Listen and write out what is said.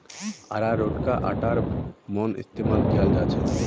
अरारोटका आटार मन इस्तमाल कियाल जाछेक